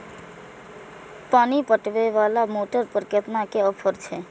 पानी पटवेवाला मोटर पर केतना के ऑफर छे?